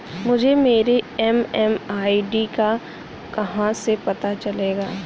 मुझे मेरी एम.एम.आई.डी का कहाँ से पता चलेगा?